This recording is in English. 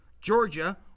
Georgia